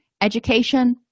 education